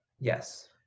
yes